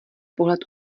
pohled